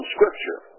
Scripture